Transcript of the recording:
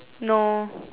no